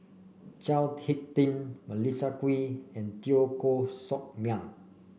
Chao HicK Tin Melissa Kwee and Teo Koh Sock Miang